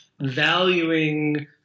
valuing